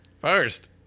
first